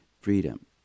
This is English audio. freedom